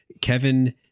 Kevin